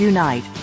Unite